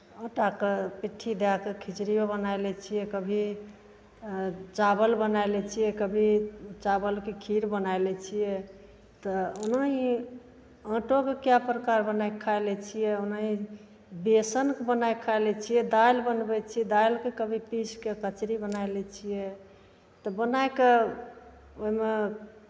आटाके पिट्ठी दए कऽ खिचड़ियो बनाए लै छियै कभी चावल बनाए लै छियै कभी चावलके खीर बनाए लै छियै तऽ ओनाही आटोके कए प्रकार बनाए कऽ खा लै छियै ओनाही बेसनके बनाए कऽ खा लै छियै दालि बनबै छियै दालिके कभी पीस कऽ कचड़ी बनाए लै छियै तऽ बनाए कऽ ओहिमे